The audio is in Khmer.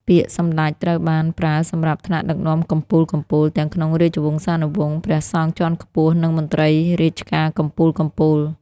ពាក្យ សម្ដេច ត្រូវបានប្រើសម្រាប់ថ្នាក់ដឹកនាំកំពូលៗ ទាំងក្នុងរាជវង្សានុវង្ស ព្រះសង្ឃជាន់ខ្ពស់ និងមន្ត្រីរាជការកំពូលៗ។